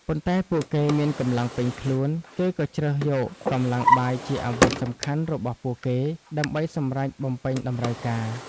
ប៉ុន្តែពួកគេមានកម្លាំងពេញខ្លួន គេក៏ជ្រើសយកកម្លាំងបាយជាអាវុធសំខាន់របស់ពួកគេ ដើម្បីសម្រចបំពេញតម្រូវការ។